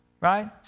Right